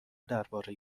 درباره